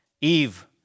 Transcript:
Eve